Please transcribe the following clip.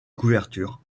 couvertures